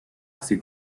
así